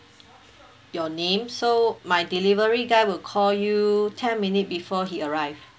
your name so my delivery guy will call you ten minutes before he arrived